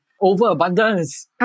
overabundance